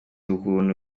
ukuntu